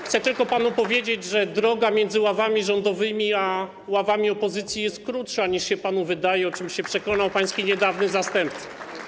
Chcę tylko panu powiedzieć, że droga między ławami rządowymi a ławami opozycji jest krótsza niż się panu wydaje, o czym się przekonał pański niedawny zastępca.